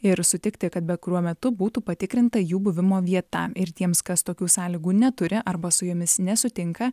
ir sutikti kad bet kuriuo metu būtų patikrinta jų buvimo vieta ir tiems kas tokių sąlygų neturi arba su jomis nesutinka